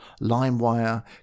LimeWire